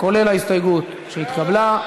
כולל ההסתייגות שהתקבלה.